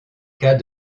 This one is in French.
cas